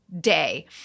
day